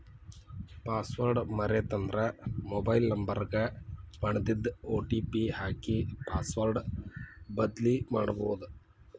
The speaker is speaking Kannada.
ಪಾಸ್ವರ್ಡ್ ಮರೇತಂದ್ರ ಮೊಬೈಲ್ ನ್ಂಬರ್ ಗ ಬನ್ದಿದ್ ಒ.ಟಿ.ಪಿ ಹಾಕಿ ಪಾಸ್ವರ್ಡ್ ಬದ್ಲಿಮಾಡ್ಬೊದು